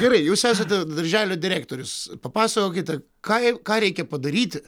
gerai jūs esate darželio direktorius papasakokite ką j ką reikia padaryti